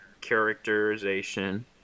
characterization